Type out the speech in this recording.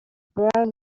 brown